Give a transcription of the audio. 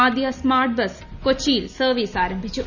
ആദ്യ smart bus കൊച്ചിയിൽ service ആരംഭിച്ചു